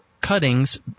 cuttings